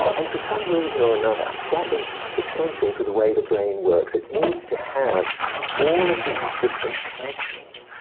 and for some reason or another, that is essential to the way the brain works. it needs to have all of these different connections.